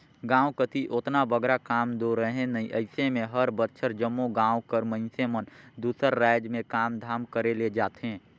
गाँव कती ओतना बगरा काम दो रहें नई अइसे में हर बछर जम्मो गाँव कर मइनसे मन दूसर राएज में काम धाम करे ले जाथें